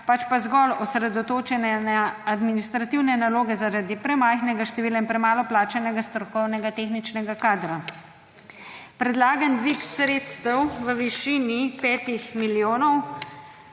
pač pa zgolj osredotočenje na administrativne naloge zaradi premajhnega števila in premalo plačanega strokovnega tehničnega kadra. Predlagan dvig sredstev v višini 5 milijonov